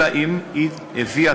אלא אם היא הביאה